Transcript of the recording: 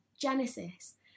Genesis